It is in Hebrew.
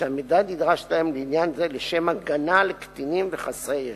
שהמידע נדרש להם לעניין זה לשם הגנה על קטינים וחסרי ישע".